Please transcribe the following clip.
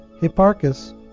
Hipparchus